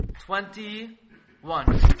twenty-one